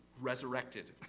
resurrected